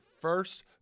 first